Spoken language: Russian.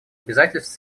обязательств